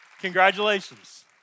Congratulations